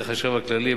כשתהיה החשב הכללי,